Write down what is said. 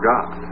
God